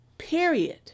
Period